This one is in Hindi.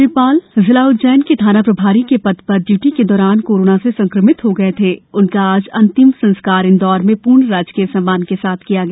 श्री पाल जिला उज्जैन के थाना प्रभारी के पद पर ड्यूटी के दौरान कोरोना से संक्रमित हो गए थे उनका आज अंतिम संस्कार इंदौर में पूर्ण राजकीय सम्मान के साथ किया गया